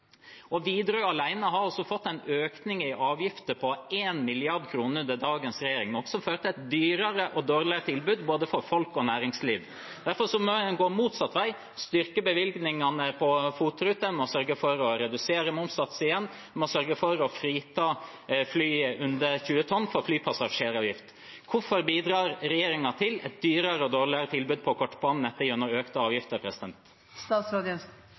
Widerøe alene har fått en økning i avgifter på 1 mrd. kr under dagens regjering, noe som fører til et dyrere og dårligere tilbud for både folk og næringsliv. Derfor må en gå motsatt vei – styrke bevilgningene på FOT-ruter, en må sørge for å redusere momssatsen igjen, en må sørge for å frita fly under 20 tonn for flypassasjeravgift. Hvorfor bidrar regjeringen til et dyrere og dårligere tilbud på kortbanenettet gjennom økte avgifter?